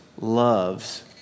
loves